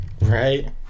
Right